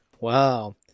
Wow